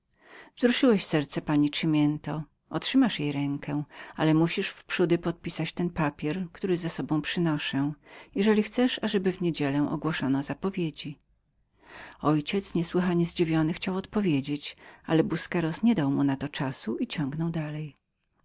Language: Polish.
wzruszyłeś serce panny cimiento otrzymasz jej rękę ale musisz wprzódy podpisać ten papier który z sobą przynoszę jeżeli chcesz ażeby w niedzielę ogłoszono zapowiedzi mój ojciec niesłychanie zdziwiony chciał odpowiedzieć ale bulquerosbusqueros nie dał mu na to czasu i